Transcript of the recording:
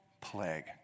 plague